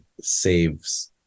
saves